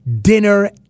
dinner